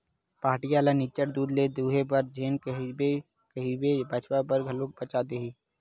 पहाटिया ल निच्चट दूद ल दूहे बर झन कहिबे बछवा बर घलो बचा देही